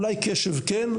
אולי קשב כן.